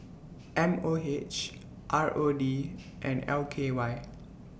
M O H R O D and L K Y